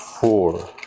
Four